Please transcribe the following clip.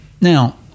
Now